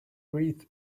wreath